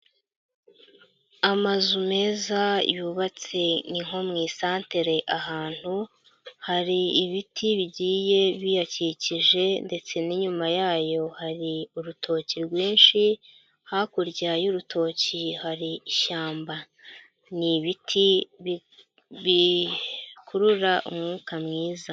Amazu meza yubatse ni nko mu isantere ahantu, hari ibiti bigiye biyakikije ndetse n'inyuma yayo hari urutoki rwinshi, hakurya y'urutoki hari ishyamba. Ni ibiti bikurura umwuka mwiza.